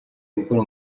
gukora